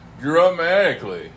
dramatically